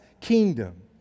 kingdom